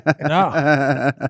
No